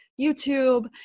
YouTube